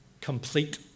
complete